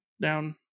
down